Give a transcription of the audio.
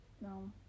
No